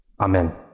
Amen